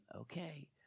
okay